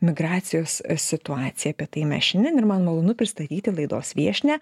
migracijos situaciją apie tai mes šiandien ir man malonu pristatyti laidos viešnią